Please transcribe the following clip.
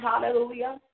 Hallelujah